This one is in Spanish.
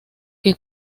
que